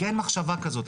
כי אין מחשבה כזאת,